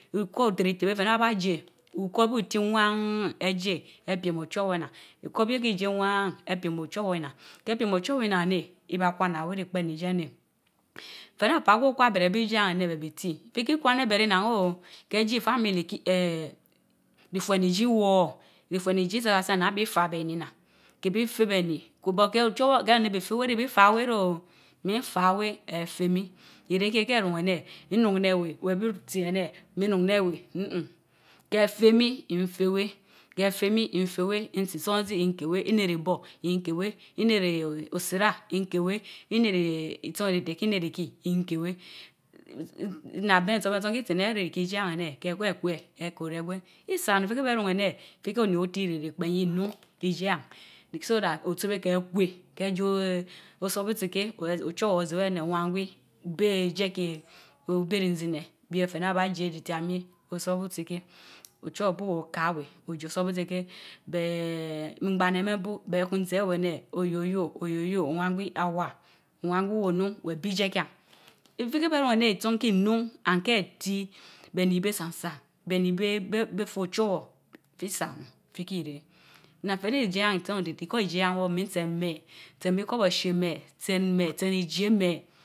Nntor tiri té ye fe ne aba ja, ukor bu ti waan ejie, epiem ochowar unan ke picem ochower nnan ne, iba kwa we fi pen arna gwi okwa abere Wie yen ite neh Te ne anch biti, ifi ta ikwan abere nman nee ou ke je ifamili ki, eeen ifueriti woor Ifue idi tsotsa toa na ne bi fa beeni bi fa we réa nna ke bi zee beni to but ko O Chowar ke kun ane bi zèh we ren mifna wë e fen mii. Ire ken kére ruun éné neun ne weh, a bi toi ene, I ruun he weh ni'nin ke Fèh mi, n féh wen, keh feh mi, n f'en weh nitsi isanzi nken wel aneri bor nikeh wch, meri osira nikeh weh, nnem nsaan itivité kèk nnen ki nken wah. nna ben ntso niso kika si απόν a ren riti isik yen ane ke bee ewe, Ifakehbe a kék Oren gwen. i sannu ifi kéh bé rán anéh “ifi keh oni otiri ipén onuun rijayen. So that oyu béh wé kwe, kéh Jéy osobusi kéh, Ochowor Ozéh wéh aneé "Owangwi, béh ijie ki obie ri zi ne bie fe ne a ba jie jitia mi Osabusi fieh Ochowor bu, Oka a wéh eje Osobusi kéb beee ngbana mén bu, be kein zehavéh ane a "oyoyo! oyoyo!" Owan gwi awa, Owar gwi wonuun bi ijie ké nifi ki be ruun anéh isáán kinun and keh ti be ni beh sam san, be ni beh be Fély Ochower Isa unun i fi ki reh nna fe néh ijéyan nsan ritiringh kor iJe yan wór min tsen méh, tsen ikorbóche neh tsen meh